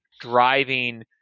driving